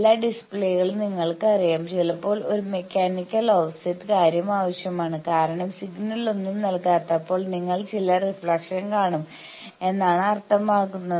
എല്ലാ ഡിസ്പ്ലേകളും നിങ്ങൾക്ക് അറിയാം ചിലപ്പോൾ ഒരു മെക്കാനിക്കൽ ഓഫ്സെറ്റ് കാര്യം ആവശ്യമാണ് കാരണം സിഗ്നലൊന്നും നൽകാത്തപ്പോൾ നിങ്ങൾ ചില റിഫ്ലക്ഷൻ കാണും എന്നാണ് അർത്ഥമാക്കുന്നത്